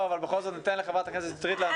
אבל בכל זאת ניתן לחברתה כנסת שטרית להמשיך.